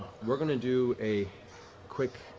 we're going to do a quick